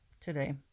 today